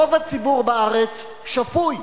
רוב הציבור בארץ שפוי.